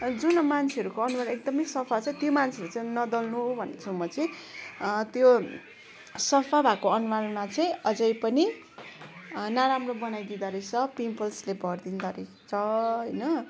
जुन मान्छेहरूको अनुहार एकदमै सफा छ त्यो मान्छेहरूले चाहिँ नदल्नु भन्छु म चाहिँ त्यो सफा भएको अनुहारमा चाहिँ अझै पनि नराम्रो बनाइदिँदो रहेस पिम्पल्सले भरिदिँदो रहेछ होइन